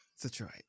Detroit